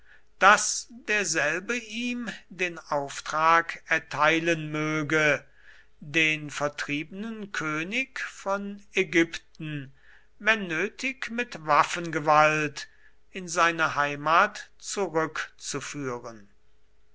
daß derselbe ihm den auftrag erteilen möge den vertriebenen könig von ägypten wenn nötig mit waffengewalt in seine heimat zurückzuführen